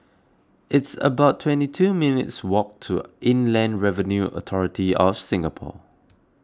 it's about twenty two minutes' walk to Inland Revenue Authority of Singapore